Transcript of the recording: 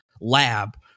lab